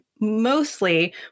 mostly